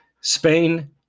spain